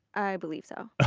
i believe so.